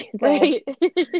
Right